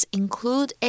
include